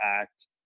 Act